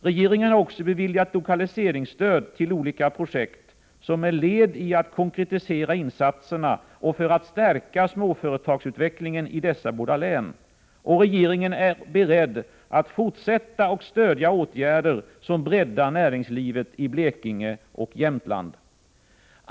Regeringen har också beviljat lokaliseringsstöd till olika projekt, som är led i att konkretisera insatserna för att stärka småföretagsutvecklingen i dessa båda län. Och regeringen är beredd att fortsätta att stödja åtgärder som breddar näringslivet i Blekinge och Jämtland.